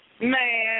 Man